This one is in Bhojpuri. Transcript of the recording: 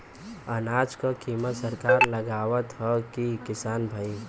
अनाज क कीमत सरकार लगावत हैं कि किसान भाई?